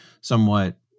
somewhat